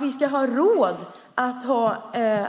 Vi ska ha råd att ha